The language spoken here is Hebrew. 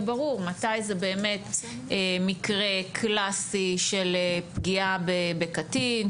ברור מתי זה באמת מקרה קלאסי של פגיעה בקטין,